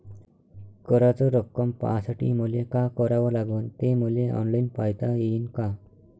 कराच रक्कम पाहासाठी मले का करावं लागन, ते मले ऑनलाईन पायता येईन का?